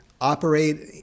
operate